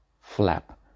Flap